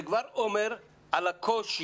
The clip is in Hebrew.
זה כבר אומר על הקושי,